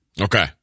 Okay